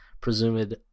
presumed